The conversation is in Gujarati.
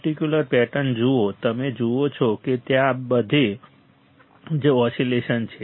પર્ટિક્યુલર પેટર્ન જુઓ તમે જુઓ છો કે ત્યાં બધે જ ઓસિલેશન્સ છે